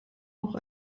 auch